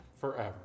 forever